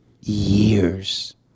years